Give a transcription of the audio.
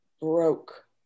broke